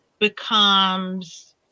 becomes